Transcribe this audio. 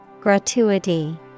Gratuity